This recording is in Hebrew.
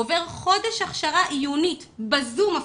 עוברים חודש הכשרה עיונית אפילו בזום,